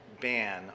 ban